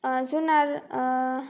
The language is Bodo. जुनार